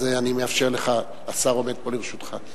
אז אני מאפשר לך, השר עומד פה לרשותך.